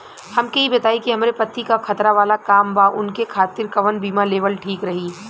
हमके ई बताईं कि हमरे पति क खतरा वाला काम बा ऊनके खातिर कवन बीमा लेवल ठीक रही?